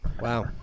wow